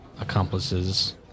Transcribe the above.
accomplices